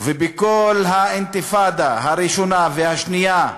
ובכל האינתיפאדות, הראשונה והשנייה,